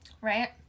Right